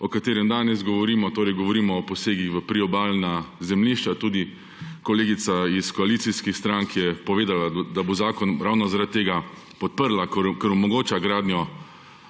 o katerem danes govorimo; torej govorimo o posegih v priobalna zemljišča, tudi kolegica iz koalicijskih strank je povedala, da bo zakon ravno zaradi tega podprla, ker omogoča gradnjo